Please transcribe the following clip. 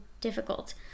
difficult